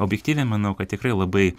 objektyviai manau kad tikrai labai